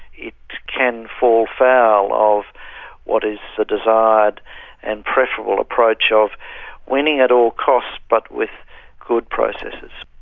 it can fall foul of what is a desired and preferable approach of winning at all costs but with good processes.